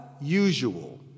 usual